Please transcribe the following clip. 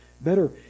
better